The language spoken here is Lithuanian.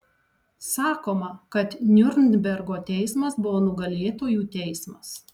sakoma kad niurnbergo teismas buvo nugalėtojų teismas